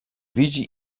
widzi